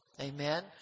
Amen